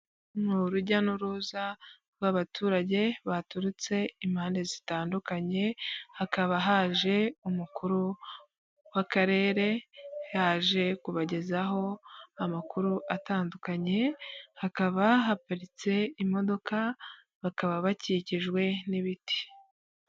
Ni urujya n'uruza rw'abaturage baturutse impande zitandukanye, hakaba haje umukuru w'akarere yaje kubagezaho amakuru atandukanye, hakaba haparitse imodoka bakaba bakikijwe n'ibiti.